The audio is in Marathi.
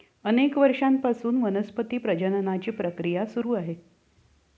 अनेक वर्षांपासून वनस्पती प्रजननाची प्रक्रिया सुरू आहे